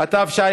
חקלאית,